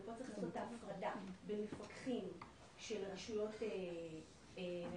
ופה צריך לעשות את ההפרדה בין מפקחים של רשויות ממשלתיות,